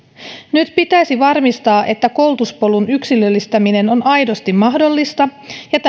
nyt pitäisi varmistaa että koulutuspolun yksilöllistäminen on aidosti mahdollista ja